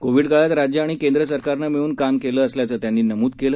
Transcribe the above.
Covid काळात राज्य आणि केंद्र सरकारनं मिळून काम केलं असल्याचं त्यांनी नमूद केलं